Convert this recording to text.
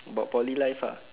about poly life ah